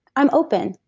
i'm open.